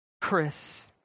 Chris